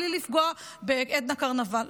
בלי לפגוע בעדנה קרנבל.